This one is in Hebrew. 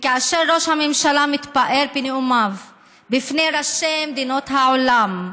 וכאשר ראש הממשלה מתפאר בנאומיו לפני ראשי מדינות העולם,